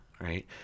right